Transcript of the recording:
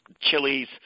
chilies